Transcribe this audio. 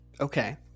Okay